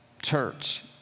Church